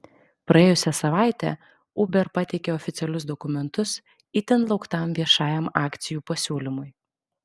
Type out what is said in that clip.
praėjusią savaitę uber pateikė oficialius dokumentus itin lauktam viešajam akcijų pasiūlymui